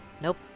Nope